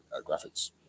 graphics